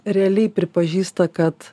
realiai pripažįsta kad